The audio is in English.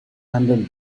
hundred